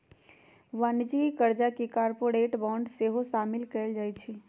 वाणिज्यिक करजा में कॉरपोरेट बॉन्ड सेहो सामिल कएल जाइ छइ